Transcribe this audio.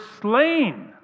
slain